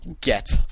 get